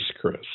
Chris